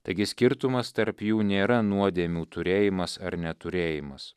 taigi skirtumas tarp jų nėra nuodėmių turėjimas ar neturėjimas